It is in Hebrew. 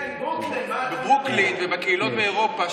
בברוקלין ובקהילות באירופה,